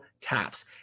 taps